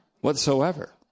whatsoever